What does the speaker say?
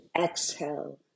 exhale